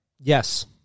Yes